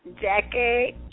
Jackie